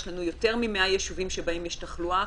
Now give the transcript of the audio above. יש לנו יותר מ-100 יישובים שבהם יש תחלואה.